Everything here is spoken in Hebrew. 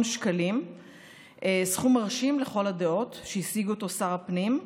שקלים סכום מרשים לכל הדעות שהשיג שר הפנים,